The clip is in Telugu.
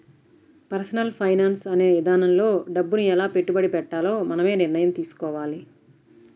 పర్సనల్ ఫైనాన్స్ అనే ఇదానంలో డబ్బుని ఎలా పెట్టుబడి పెట్టాలో మనమే నిర్ణయం తీసుకోవాలి